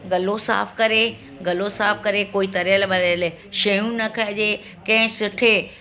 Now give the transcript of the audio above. गलो साफ़ करे गलो साफ़ करे कोई तरियल वरियल शयूं न खाइजे कंहिं सुठे